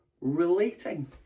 relating